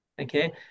Okay